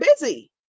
busy